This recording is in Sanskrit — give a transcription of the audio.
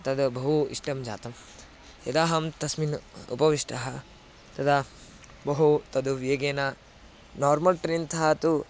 तत् बहु इष्टं जातं यदाहं तस्मिन् उपविष्टः तदा बहु तत् वेगेन नोर्मल् ट्रेन् तः तु